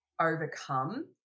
overcome